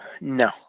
No